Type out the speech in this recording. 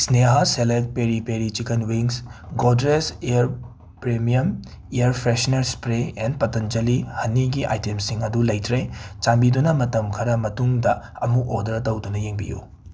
Sneha select peri peri chicken wings Godrej air premium air freshener spray and Patanjali ꯍꯅꯤꯒꯤ ꯑꯥꯏꯇꯦꯝꯁꯤꯡ ꯑꯗꯨ ꯂꯩꯇ꯭ꯔꯦ ꯆꯥꯟꯕꯤꯗꯨꯅ ꯃꯇꯝ ꯈꯔ ꯃꯇꯨꯡꯗ ꯑꯃꯨꯛ ꯑꯣꯗꯔ ꯇꯧꯗꯨꯅ ꯌꯦꯡꯕꯤꯌꯨ